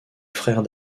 frère